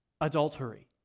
adultery